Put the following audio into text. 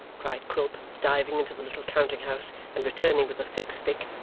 cried quilp, diving into the little counting-house and returning with a thick stick,